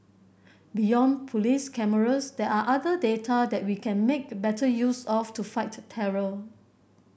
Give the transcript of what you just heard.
beyond police cameras there are other data that we can make the better use of to fight terror